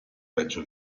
reggio